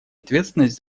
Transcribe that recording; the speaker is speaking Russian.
ответственность